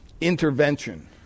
intervention